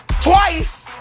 twice